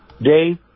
Dave